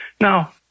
Now